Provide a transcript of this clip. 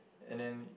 and then